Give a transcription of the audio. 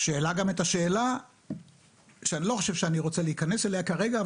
שהעלה גם את השאלה שאני לא חושב שאני רוצה להיכנס אליה כרגע,